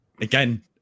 again